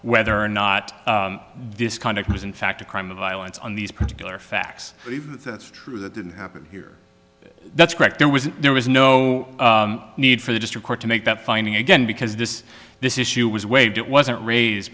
whether or not this kind of was in fact a crime of violence on these particular facts that's true that didn't happen here that's correct there was there was no need for the district court to make that finding again because this this issue was waived it wasn't raised